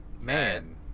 Man